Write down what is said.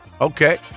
Okay